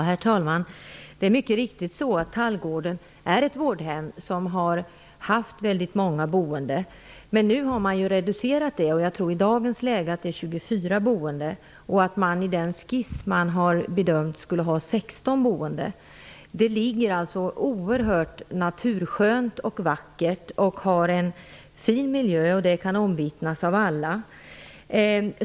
Herr talman! Tallgården är mycket riktigt ett vårdhem som har haft många boende. Men nu har man reducerat antalet boende. Jag tror att det i dagens läge är 24 boende och att man enligt den skiss som har bedömts skulle ha 16 boende. Tallgården ligger oerhört naturskönt och vackert och har en fin miljö. Det kan omvittnas av alla.